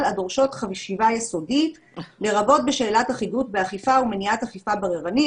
הדורשות חשיבה יסודית לרבות בשאלת אחידות באכיפה ומניעת אכיפה בררנית,